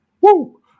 Woo